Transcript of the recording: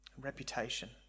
reputation